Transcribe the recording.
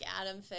Adam